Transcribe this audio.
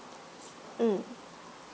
mm